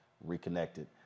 reconnected